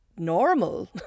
normal